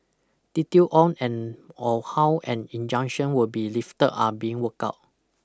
detail on and or how an injunction will be lifted are being worked out